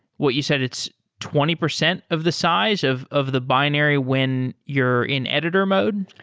what you said, it's twenty percent of the size of of the binary when you're in editor mode?